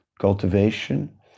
cultivation